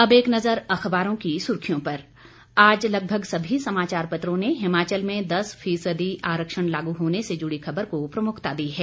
अब एक नजर अखबारों की सुर्खियों पर आज लगभग सभी समाचार पत्रों ने हिमाचल में दस फीसदी आरक्षण लागू होने से जुड़ी खबर को प्रमुखता दी है